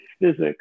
physics